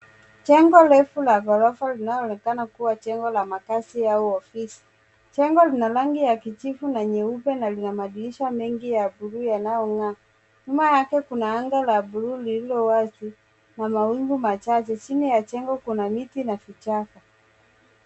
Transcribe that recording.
Jengo refu la ghorofa linaloonekana kuwa jengo la makazi au ofisi. Jengo lina rangi ya kijivu na nyeupe na lina madirisha mengi ya blue yanayong'aa. Nyuma yake kuna anga la bluu lilo wazi na mawingu machache. Chini ya jengo kuna miti na kichaka.